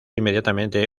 inmediatamente